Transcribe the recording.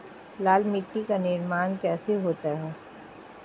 लाल मिट्टी का निर्माण कैसे होता है?